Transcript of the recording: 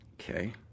okay